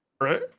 Right